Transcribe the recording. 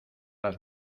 las